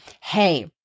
hey